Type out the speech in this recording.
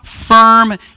firm